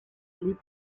les